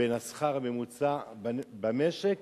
לבין השכר הממוצע במשק